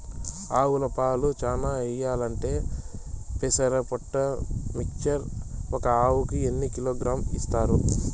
ఆవులు పాలు చానా ఇయ్యాలంటే పెసర పొట్టు మిక్చర్ ఒక ఆవుకు ఎన్ని కిలోగ్రామ్స్ ఇస్తారు?